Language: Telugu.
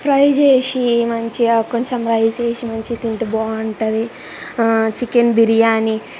ఫ్రై చేసి మంచిగా కొంచెం రైసేసి మంచిగా తింటే బాగుంటుంది చికెన్ బిర్యానీ